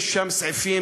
יש שם סעיפים,